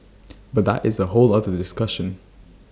but that is A whole other discussion